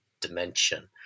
dimension